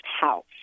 house